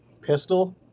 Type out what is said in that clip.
pistol